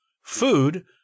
food